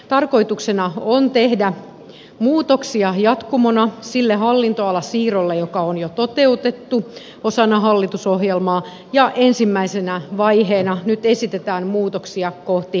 tarkoituksena on tehdä muutoksia jatkumona sille hallinnonalan siirrolle joka on jo toteutettu osana hallitusohjelmaa ja ensimmäisenä vaiheena nyt esitetään muutoksia kohti varhaiskasvatuslakia